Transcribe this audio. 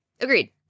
Agreed